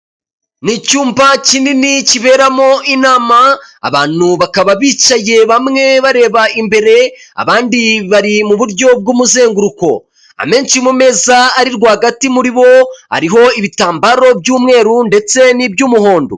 Ni icyumba kinini kiberamo inama, abantu bakaba bicaye bamwe bareba imbere, abandi bari mu buryo bw'umuzenguruko. Amenshi mu meza ari rwagati muri bo ariho ibitambaro by'umweru ndetse n'iby'umuhondo.